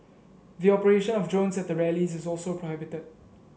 the operation of drones at the rallies is also prohibited